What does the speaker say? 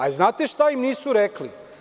A jel znate šta im nisu rekli?